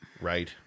right